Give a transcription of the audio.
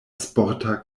sporta